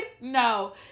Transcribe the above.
no